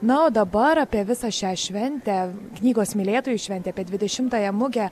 na o dabar apie visą šią šventę knygos mylėtojų šventę apie dvidešimtąją mugę